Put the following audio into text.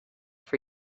for